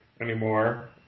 anymore